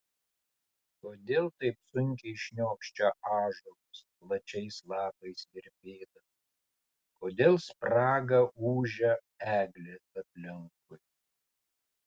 kodėl taip sunkiai šniokščia ąžuolas plačiais lapais virpėdamas kodėl spraga ūžia eglės aplinkui